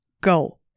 go